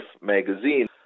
magazine